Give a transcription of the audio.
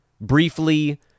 briefly